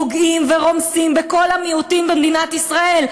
אתם פוגעים ורומסים בכל המיעוטים במדינת ישראל.